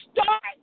start